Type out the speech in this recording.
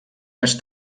més